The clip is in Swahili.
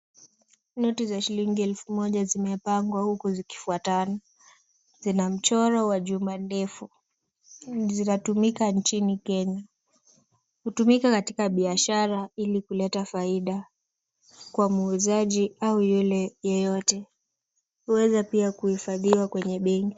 Noti za shilingi elfu moja zimepangwa huku zikifuatana. Zina mchoro wa jumba ndefu, zinatumika nchini Kenya. Hutumika katika biashara ili kuleta faida kwa muuzaji au yule yeyote. Huweza pia kuhifadhiwa kwenye benki.